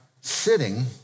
sitting